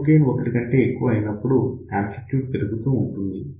loop gain 1 కంటే ఎక్కువ అయినప్పుడు యాంప్లిట్యూడ్ పెరుగుతూ ఉంటుంది